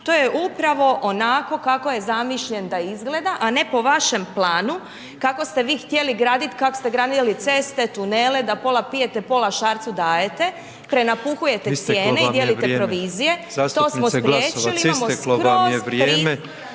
to je upravo onako kako je zamišljen da izgleda, a ne po vašem planu, kako ste vi htjeli graditi, kak ste gradili ceste, tunele, da pola pijete, pola Šarcu dajete, prenapuhujete cijeni …/Upadica Petrov: Isteklo vam je vrijeme./…